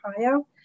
Ohio